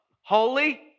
holy